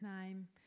name